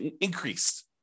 increased